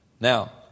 Now